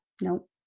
Nope